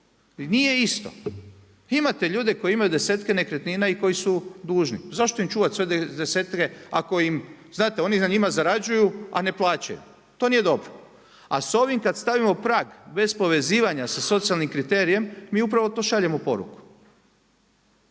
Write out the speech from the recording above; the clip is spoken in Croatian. nije isto, imate ljude koji imaju desetke nekretnina i koji su dužni. Zašto im čuvat sve desetke ako im, znate oni na njima zarađuju, a ne plaćaju. To nije dobro. A sa ovim kad stavimo prag bez povezivanja sa socijalnim kriterijem mi upravo tu šaljemo poruku.